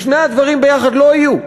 שני הדברים ביחד לא יהיו.